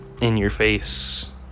in-your-face